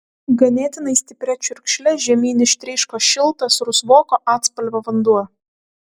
ganėtinai stipria čiurkšle žemyn ištryško šiltas rusvoko atspalvio vanduo